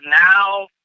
now